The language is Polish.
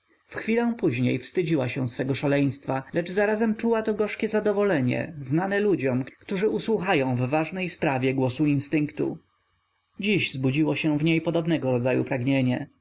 chwilę później wstydziła się swego szaleństwa lecz zarazem czuła to gorzkie zadowolenie znane ludziom którzy usłuchają w ważnej sprawie głosu instynktu dziś zbudziło się w niej podobnego rodzaju pragnienie